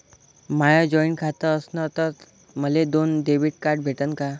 माय joint खातं असन तर मले दोन डेबिट कार्ड भेटन का?